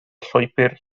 llwybr